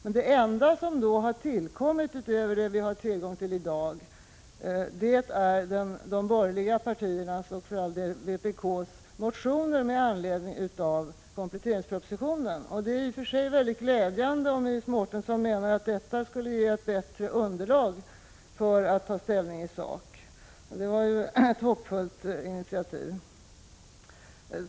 Men det enda som då har tillkommit utöver det som vi har tillgång till i dag är de borgerliga partiernas, och för all del vpk:s, motioner med anledning av kompletteringspropositionen. Det är i och för sig mycket glädjande om Iris Mårtensson menar att detta skulle ge ett bättre underlag för att man skall kunna ta ställning i sak. Det var ju ett hoppfullt initiativ.